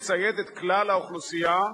אנחנו לא מצביעים.